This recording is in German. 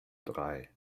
drei